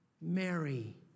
Mary